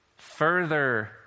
further